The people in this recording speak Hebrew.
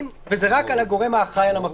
וזה רק על הגורם האחראי על המקום.